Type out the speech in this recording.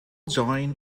join